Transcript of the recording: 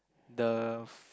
the f~